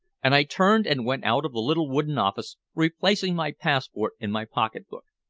and i turned and went out of the little wooden office, replacing my passport in my pocket-book.